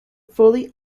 fully